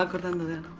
like within the